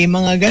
mga